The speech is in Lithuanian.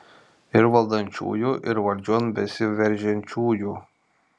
ir valdančiųjų ir valdžion besiveržiančiųjų